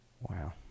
Wow